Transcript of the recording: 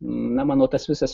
na mano tas visas